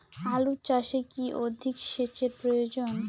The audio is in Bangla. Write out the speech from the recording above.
আলু চাষে কি অধিক সেচের প্রয়োজন?